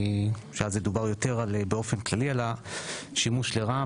שאז דובר באופן כללי על השימוש לרעה.